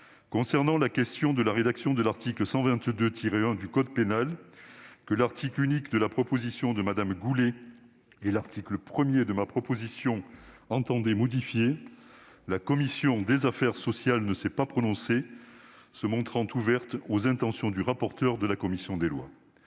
Concernant la rédaction de l'article 122-1 du code pénal, que l'article unique de la proposition de loi de Mme Goulet et l'article 1 de ma proposition de loi entendaient modifier, la commission des affaires sociales ne s'est pas prononcée, se montrant ouverte aux intentions exprimées par le rapporteur de la commission des lois.